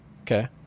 Okay